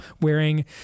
wearing